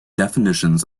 definitions